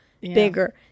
bigger